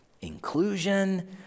inclusion